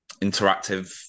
interactive